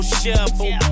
shovel